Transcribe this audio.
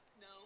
No